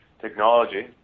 technology